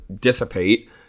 dissipate